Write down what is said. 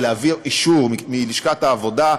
ולהביא אישור מלשכת העבודה,